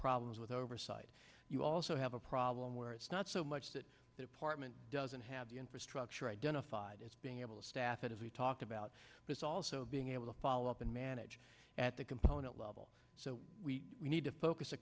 problems with oversight you also have a problem where it's not so much that the apartment doesn't have the infrastructure identified as being able to staff it as we talked about but also being able to follow up and manage component level so we need to focus